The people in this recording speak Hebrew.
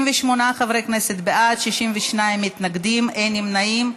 38 חברי כנסת בעד, 62 מתנגדים, אין נמנעים.